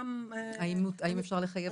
האם אפשר לחייב?